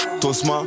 tosma